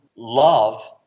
love